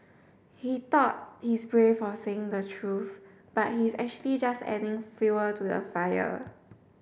he thought he's brave for saying the truth but he's actually just adding fuel to the fire